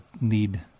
need